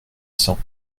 cents